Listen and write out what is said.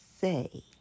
say